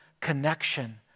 connection